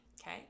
Okay